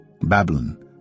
Babylon